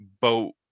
boat